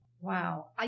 Wow